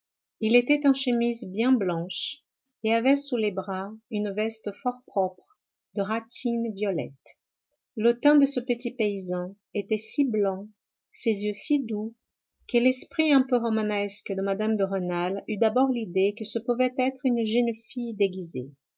il était en chemise bien blanche et avait sous le bras une veste fort propre de ratine violette le teint de ce petit paysan était si blanc ses yeux si doux que l'esprit un peu romanesque de mme de rênal eut d'abord l'idée que ce pouvait être une jeune fille déguisée